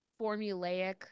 formulaic